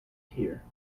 here